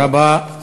תודה רבה.